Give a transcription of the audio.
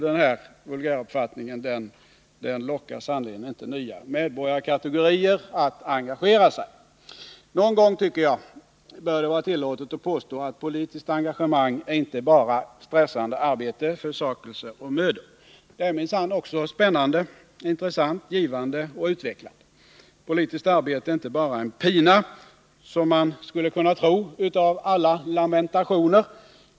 Den här vulgäruppfattningen lockar sannerligen inte nya medborgarkategorier att engagera sig. Någon gång bör det, tycker jag, vara tillåtet att påstå att politiskt engagemang inte bara är stressande arbete, försakelse och möda. Det är minsann också spännande, intressant, givande och utvecklande. Politiskt arbete är inte bara en pina, som man skulle kunna tro av alla lamentationer.